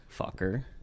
fucker